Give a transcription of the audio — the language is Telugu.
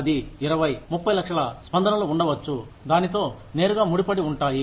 10 20 30 లక్షల స్పందనలు ఉండవచ్చు దానితో నేరుగా ముడిపడి ఉంటాయి